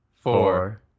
four